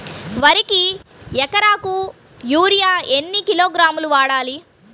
వరికి ఎకరాకు యూరియా ఎన్ని కిలోగ్రాములు వాడాలి?